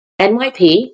NYP